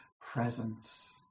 presence